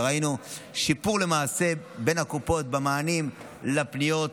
וראינו שיפור למעשה בקופות במענים על פניות.